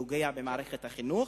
פוגע במערכת החינוך.